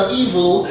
evil